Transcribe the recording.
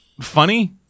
funny